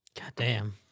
Goddamn